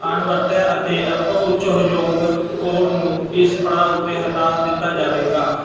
ਅਣਵਰਤਿਆ ਅਤੇ ਅਪਹੁੰਚਯੋਗ ਕੋਡ ਨੂੰ ਇਸ ਪੜਾਅ ਉੱਤੇ ਹਟਾ ਦਿੱਤਾ ਜਾਵੇਗਾ